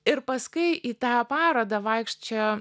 ir paskui į tą parodą vaikščiojo